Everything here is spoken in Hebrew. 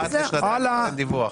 אחת לשנתיים חובת דיווח.